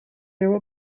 его